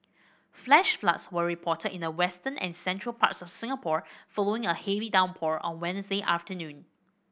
flash floods were reported in the western and central parts of Singapore following a heavy downpour on Wednesday afternoon